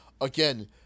again